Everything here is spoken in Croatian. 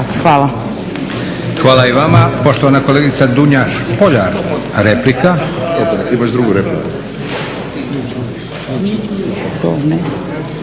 Hvala i vama. Poštovana kolegica Dunja Špoljar, replika.